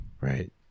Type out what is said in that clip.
Right